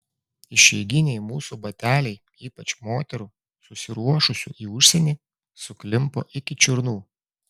išeiginiai mūsų bateliai ypač moterų susiruošusių į užsienį suklimpo iki čiurnų